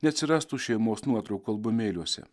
neatsirastų šeimos nuotraukų albumėliuose